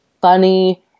funny